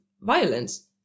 violence